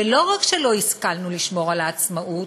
ולא רק שלא השכלנו לשמור על העצמאות,